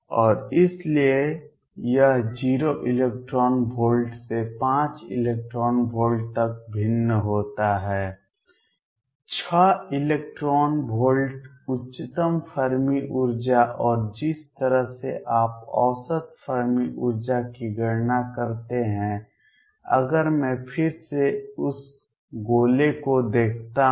और इसलिए यह 0 इलेक्ट्रॉन वोल्ट से 5 इलेक्ट्रॉन वोल्ट तक भिन्न होता है 6 इलेक्ट्रॉन वोल्ट उच्चतम फर्मी ऊर्जा और जिस तरह से आप औसत फर्मी ऊर्जा की गणना करते हैं अगर मैं फिर से उस गोले को देखता हूं